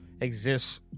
exists